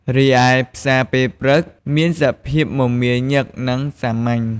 រីឯផ្សារពេលព្រឹកមានសភាពមមាញឹក និងសាមញ្ញ។